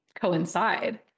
coincide